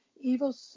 evil